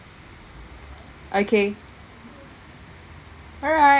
okay alright